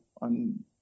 on